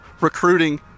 recruiting